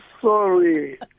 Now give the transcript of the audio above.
sorry